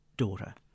Daughter